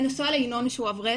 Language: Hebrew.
אני נשואה לינון שהוא אברך,